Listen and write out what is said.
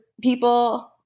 people –